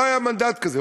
לא היה מנדט כזה.